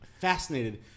fascinated